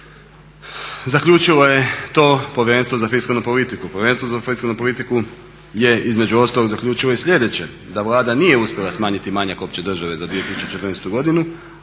Zaključilo je to Povjerenstvo za fiskalnu politiku, Povjerenstvo za fiskalnu politiku je između ostalog zaključilo i sljedeće da Vlada nije uspjela smanjiti manjak opće države za 2014. godinu